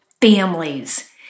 families